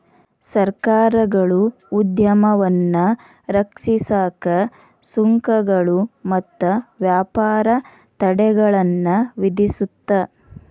ಸರ್ಕಾರಗಳು ಉದ್ಯಮವನ್ನ ರಕ್ಷಿಸಕ ಸುಂಕಗಳು ಮತ್ತ ವ್ಯಾಪಾರ ತಡೆಗಳನ್ನ ವಿಧಿಸುತ್ತ